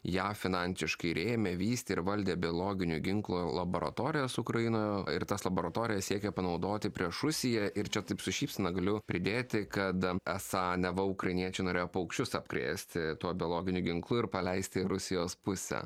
ją finansiškai rėmė vystė ir valdė biologinių ginklų laboratorijas ukrainoje ir tas laboratorijas siekia panaudoti prieš rusiją ir čia taip su šypsena galiu pridėti kad esą neva ukrainiečiai norėjo paukščius apkrėsti tuo biologiniu ginklu ir paleisti į rusijos pusę